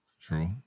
True